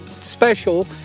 special